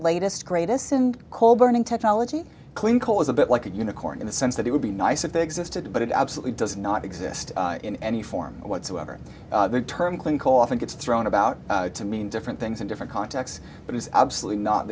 latest greatest in coal burning technology clean coal is a bit like a unicorn in the sense that it would be nice if they existed but it absolutely does not exist in any form whatsoever the term klink often gets thrown about to mean different things in different contexts but it's absolutely not